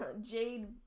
Jade